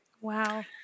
Wow